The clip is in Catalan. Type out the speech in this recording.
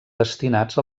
destinats